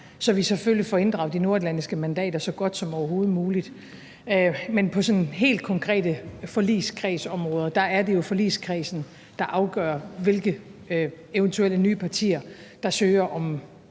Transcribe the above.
så vi selvfølgelig får inddraget de nordatlantiske mandater så godt som overhovedet muligt. Men på helt konkrete forligskredsområder er det jo forligskredsen, der afgør, hvilke eventuelle nye partier, der søger om